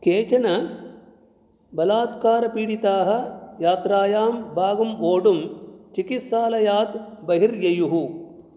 केचन बलात्कारपीडिताः यात्रायां भागं वोढुं चिकित्सालयात् बहिर्येयुः